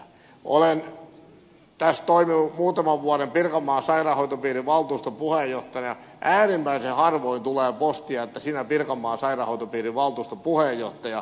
olen tässä toiminut muutaman vuoden pirkanmaan sairaanhoitopiirin valtuuston puheenjohtajana ja äärimmäisen harvoin tulee postia että sinä pirkanmaan sairaanhoitopiirin valtuuston puheenjohtaja